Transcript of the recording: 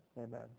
Amen